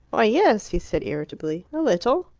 why, yes! he said irritably. a little.